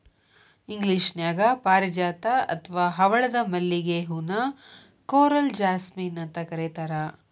ಇಂಗ್ಲೇಷನ್ಯಾಗ ಪಾರಿಜಾತ ಅತ್ವಾ ಹವಳದ ಮಲ್ಲಿಗೆ ಹೂ ನ ಕೋರಲ್ ಜಾಸ್ಮಿನ್ ಅಂತ ಕರೇತಾರ